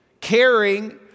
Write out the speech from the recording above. caring